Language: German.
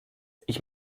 ich